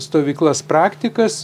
stovyklas praktikas